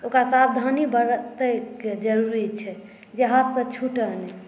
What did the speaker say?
ओकरा सावधानी बरतयके जरूरी छै जे हाथसँ छूटए नहि